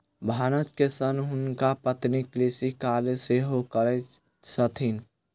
भानस के संग हुनकर पत्नी कृषि कार्य सेहो करैत छथि